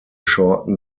shorten